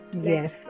Yes